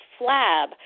flab